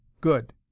Good